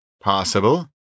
Possible